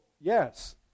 yes